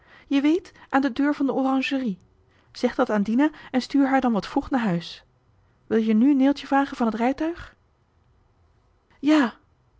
je weet aan de deur van de oranjerie zeg dat aan dina en stuur haar dan wat vroeg naar huis wil je nu neeltje vragen van het rijtuig ja